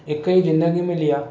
हिक ई ज़िंदगी मिली आहे